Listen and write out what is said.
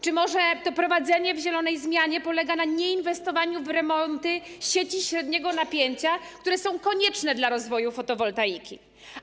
Czy może to prowadzenie w zielonej zmianie polega na nieinwestowaniu w remonty sieci średniego napięcia, które są konieczne do rozwoju fotowoltaiki?